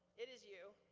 it is you.